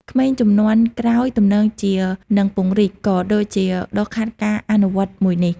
ក្មេងជំនាន់ក្រោយទំនងជានឹងពង្រីក ក៏ដូចជាដុសខាត់ការអនុវត្តមួយនេះ។